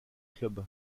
club